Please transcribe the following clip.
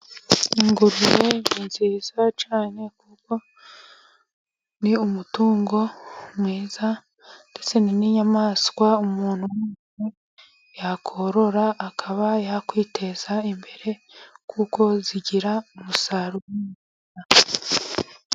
Ingurube ni nziza cyane kuko ni umutungo mwiza, ndetse ni inyamaswa umuntu umwe yakorora akaba yakwiteza imbere, kuko zigira umusaruro.